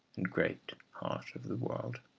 and great heart of the world.